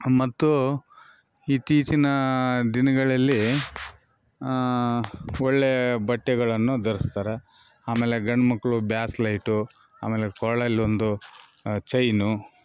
ಮತ್ತು ಇತ್ತೀಚಿನ ದಿನಗಳಲ್ಲಿ ಒಳ್ಳೆ ಬಟ್ಟೆಗಳನ್ನು ಧರಿಸ್ತಾರೆ ಆಮೇಲೆ ಗಂಡ್ಮಕ್ಳು ಬ್ಯಾಸ್ಲೈಟು ಆಮೇಲೆ ಕೊರಳಲೊಂದು ಚೈನು